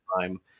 time